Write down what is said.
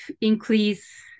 increase